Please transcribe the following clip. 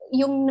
yung